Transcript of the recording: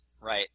Right